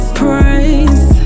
praise